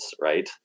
right